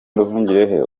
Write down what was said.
nduhungirehe